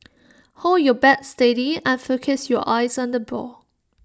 hold your bat steady and focus your eyes on the ball